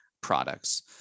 products